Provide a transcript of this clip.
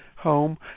home